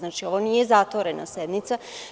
Nije zatvorena sednica.